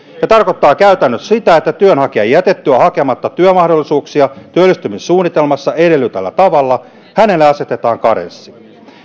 ja se tarkoittaa käytännössä sitä että työnhakijan jätettyä hakematta työmahdollisuuksia työllistymissuunnitelmassa edellytetyllä tavalla hänelle asetetaan karenssi